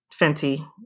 Fenty